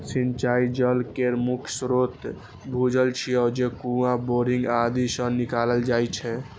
सिंचाइ जल केर मुख्य स्रोत भूजल छियै, जे कुआं, बोरिंग आदि सं निकालल जाइ छै